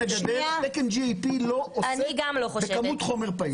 תקן GAP לא עוסק בכמות חומר פעיל.